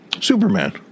Superman